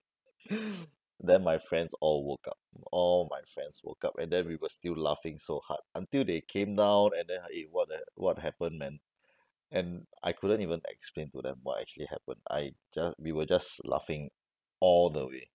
then my friends all woke up all my friends woke up and then we were still laughing so hard until they came down and then uh eh what the what happened man and I couldn't even explain to them what actually happened I ju~ we were just laughing all the way